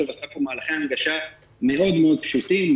עושה פה מהלכי הנגשה מאוד מאוד פשוטים.